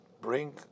bring